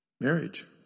Marriage